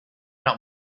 not